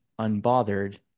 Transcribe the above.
unbothered